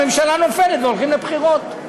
הממשלה נופלת והולכים לבחירות.